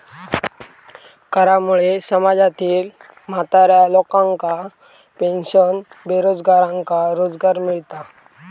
करामुळे समाजातील म्हाताऱ्या लोकांका पेन्शन, बेरोजगारांका रोजगार मिळता